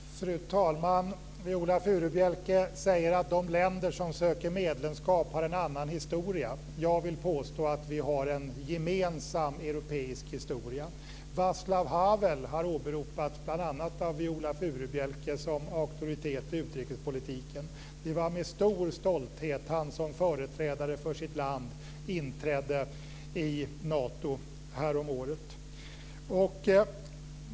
Fru talman! Viola Furubjelke säger att de länder som söker medlemskap har en annan historia. Jag vill påstå att vi har en gemensam europeisk historia. Václav Havel har bl.a. åberopats som auktoritet inom utrikespolitiken av Viola Furubjelke. Det var med stor stolthet som han som företrädare för sitt land inträdde i Nato häromåret.